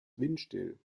windstill